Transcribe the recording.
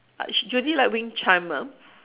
uh sh~ Judy like wind chime ah